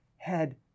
head